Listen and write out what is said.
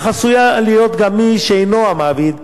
אך עשוי להיות גם מי שאינו המעביד,